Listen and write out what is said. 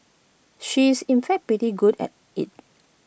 she is in fact pretty good at IT